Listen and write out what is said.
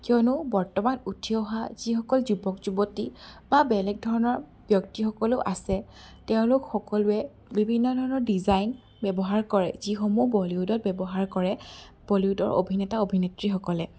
কিয়নো বৰ্তমান উঠি অহা সিসকল যুৱক যুৱতী বা বেলেগ ধৰণৰ ব্যক্তি সকলো আছে তেওঁলোক সকলোৱে বিভিন্ন ধৰণৰ ডিজাইন ব্যৱহাৰ কৰে যিসমূহ বলিউডত ব্যৱহাৰ কৰে বলিউডৰ অভিনেতা অভিনেত্ৰী সকলে